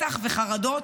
מתח וחרדות,